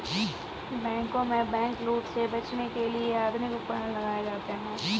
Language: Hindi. बैंकों में बैंकलूट से बचने के लिए आधुनिक उपकरण लगाए जाते हैं